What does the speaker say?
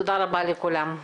תודה רבה לכולם.